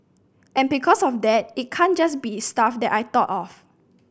and because of that it can't just be stuff that I thought of